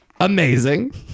Amazing